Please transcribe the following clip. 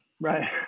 Right